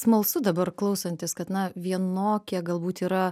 smalsu dabar klausantis kad na vienokie galbūt yra